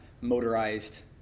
motorized